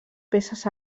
peces